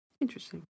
Interesting